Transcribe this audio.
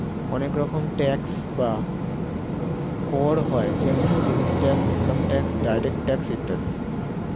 অনেক রকম ট্যাক্স বা কর হয় যেমন sales tax, income tax, direct tax ইত্যাদি